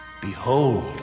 Behold